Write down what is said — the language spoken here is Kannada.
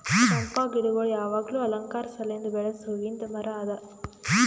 ಚಂಪಾ ಗಿಡಗೊಳ್ ಯಾವಾಗ್ಲೂ ಅಲಂಕಾರ ಸಲೆಂದ್ ಬೆಳಸ್ ಹೂವಿಂದ್ ಮರ ಅದಾ